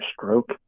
stroke